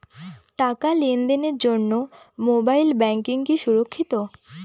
টাকা লেনদেনের জন্য মোবাইল ব্যাঙ্কিং কি সুরক্ষিত?